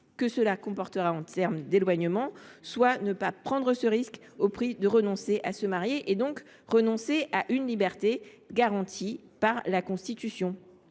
que cela comporte en termes d’éloignement, et ne pas prendre ce risque, c’est à dire renoncer à se marier, renoncer à une liberté garantie par la Constitution.